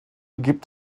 gibt